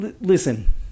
Listen